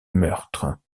meurtre